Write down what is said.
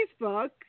Facebook